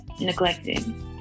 neglected